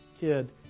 kid